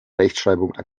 rechtschreibung